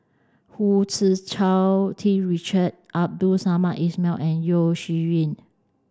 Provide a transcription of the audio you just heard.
Hu Tsu Tau T Richard Abdul Samad Ismail and Yeo Shih Yun